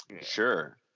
Sure